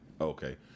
okay